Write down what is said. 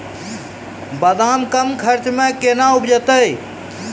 बादाम कम खर्च मे कैना उपजते?